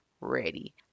ready